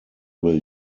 will